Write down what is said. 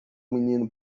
menino